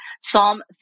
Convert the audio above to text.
Psalm